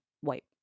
white